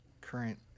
current